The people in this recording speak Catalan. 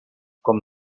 com